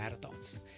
marathons